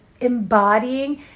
embodying